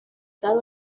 cada